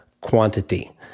quantity